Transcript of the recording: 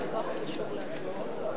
הוועדה,